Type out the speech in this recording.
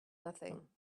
nothing